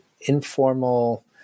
informal